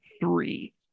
three